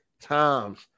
times